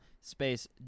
space